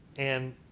and